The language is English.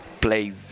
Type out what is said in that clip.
play